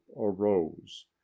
arose